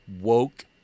woke